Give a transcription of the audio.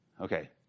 Okay